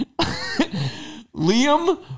Liam